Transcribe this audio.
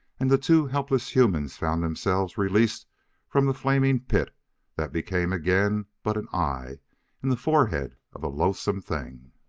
and the two helpless humans found themselves released from the flaming pit that became again but an eye in the forehead of a loathsome thing.